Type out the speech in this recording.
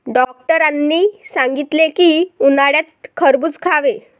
डॉक्टरांनी सांगितले की, उन्हाळ्यात खरबूज खावे